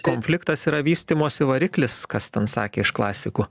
konfliktas yra vystymosi variklis kas ten sakė iš klasikų